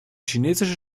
chinesische